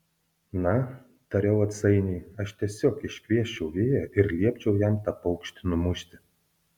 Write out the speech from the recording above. na tariau atsainiai aš tiesiog iškviesčiau vėją ir liepčiau jam tą paukštį numušti